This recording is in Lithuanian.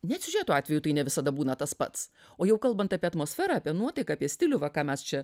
net siužeto atveju tai ne visada būna tas pats o jau kalbant apie atmosferą apie nuotaiką apie stilių va ką mes čia